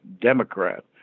Democrat